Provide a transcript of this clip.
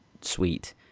sweet